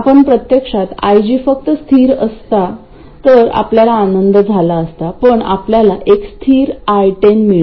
आपण प्रत्यक्षात IG फक्त स्थिर असता तर आपल्याला आनंद झाला असता पण आपल्याला एक स्थिर I 10 मिळतो